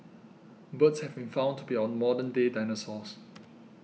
birds have been found to be our modern day dinosaurs